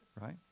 right